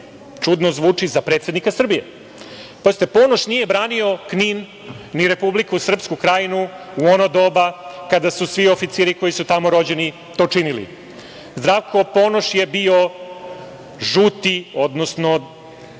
čudno zvuči, za predsednika Srbije. Pazite, Ponoš nije branio Knin ni Republiku Srpsku Krajinu u ono doba kada su svi oficiri koji su tamo rođeni to činili. Zdravko Ponoš je bio načelnik